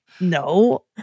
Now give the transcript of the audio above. No